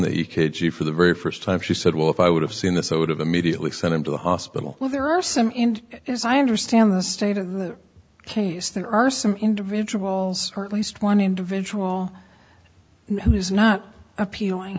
that you could see for the very first time she said well if i would have seen this i would have immediately sent him to the hospital well there are some in as i understand the state of the case there are some individuals or at least one individual who's not appealing